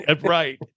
Right